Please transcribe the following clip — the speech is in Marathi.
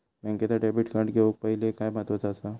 बँकेचा डेबिट कार्ड घेउक पाहिले काय महत्वाचा असा?